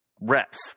reps